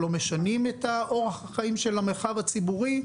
לא משנות את אורח החיים של המרחב הציבורי,